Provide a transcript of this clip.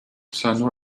center